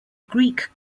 greek